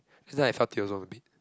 that's why I you also a bit